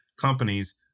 companies